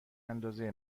اندازه